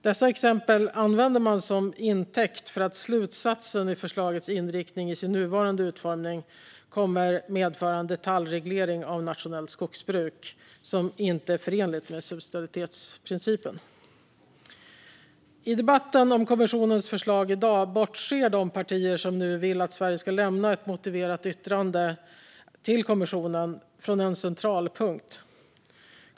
Dessa exempel använder man som intäkt för slutsatsen att förslagets inriktning i dess nuvarande utformning kommer att medföra en detaljreglering av nationellt skogsbruk som inte är förenlig med subsidiaritetsprincipen. I debatten om kommissionens förslag i dag bortser de partier som nu vill att Sverige ska lämna ett motiverat yttrande till kommissionen från en central punkt.